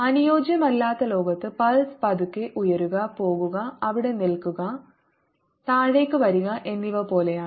അനുയോജ്യമല്ലാത്ത ലോകത്ത് പൾസ് പതുക്കെ ഉയരുക പോകുക അവിടെ നിൽക്കുക താഴേക്ക് വരിക എന്നിവ പോലെയാണ്